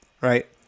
right